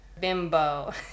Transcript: Bimbo